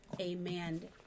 amen